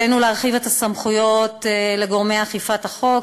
עלינו להרחיב את הסמכויות של גורמי אכיפת החוק,